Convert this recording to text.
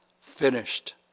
finished